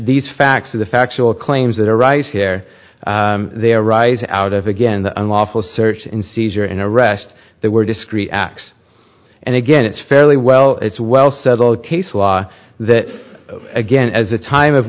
these facts of the factual claims that arise here they arise out of again the unlawful search and seizure and arrest that were discrete acts and again it's fairly well it's well settled case law that again as the time of